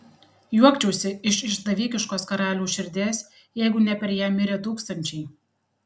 juokčiausi iš išdavikiškos karaliaus širdies jeigu ne per ją mirę tūkstančiai